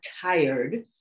tired